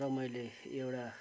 र मैले एउटा